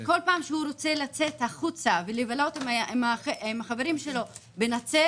כל פעם שהוא רוצה לצאת החוצה ולבלות עם החברים שלו בנצרת,